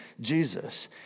Jesus